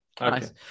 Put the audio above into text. Nice